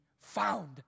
found